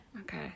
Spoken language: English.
Okay